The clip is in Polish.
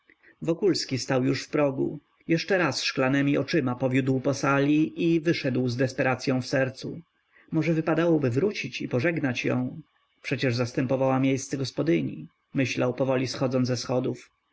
wokulski stał już w progu jeszcze raz szklanemi oczyma powiódł po sali i wyszedł z desperacyą w sercu może wypadałoby wrócić i pożegnać ją przecież zastępowała miejsce gospodyni myślał powoli schodząc ze schodów